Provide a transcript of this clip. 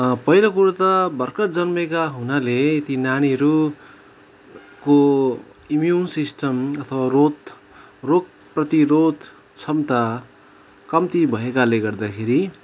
पहिलो कुरा त भर्खर जन्मेका हुनाले ति नानीहरूको इम्यून सिस्टम अथवा रोत रोग प्रतिरोध क्षमता कम्ति भएकाले गर्दाखेरि